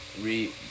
re